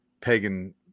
Pagan